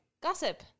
gossip